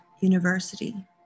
university